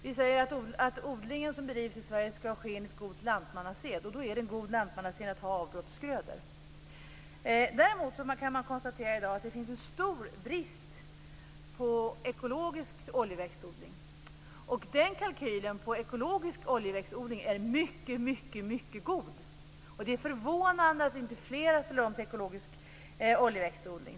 Vi säger att den odling som bedrivs i Sverige ska ske enligt god lantmannased. Då är det god lantmannased att ha avbrottsgrödor. Däremot kan man i dag konstatera att det finns en stor brist på ekologisk oljeväxtodling. Kalkylen på ekologisk oljeväxtodling är mycket god. Det är förvånande att inte fler har ställt om till ekologisk oljeväxtodling.